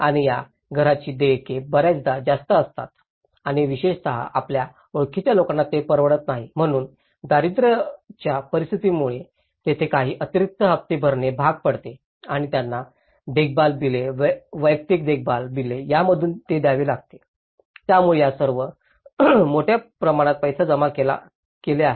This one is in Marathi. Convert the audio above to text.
आणि या घरांची देयके बर्याचदा जास्त असतात आणि विशेषत आपल्या ओळखीच्या लोकांना ते परवडत नाही म्हणूनच दारिद्र्याच्या परिस्थितीमुळे येथे काही अतिरिक्त हप्ते भरणे भाग पडते आणि त्यांना देखभाल बिले वैयक्तिक देखभाल बिले यांमधूनही ते द्यावे लागतील त्यामुळे या सर्वांनी मोठ्या प्रमाणात पैसे जमा केले आहेत